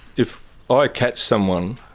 if ah i catch someone